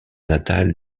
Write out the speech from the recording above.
natal